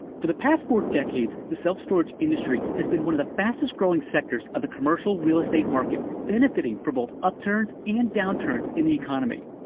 for the past four decades, the self-storage industry has been one of the fastest-growing sectors of the commercial real estate market, benefiting from both upturns and downturns in the economy.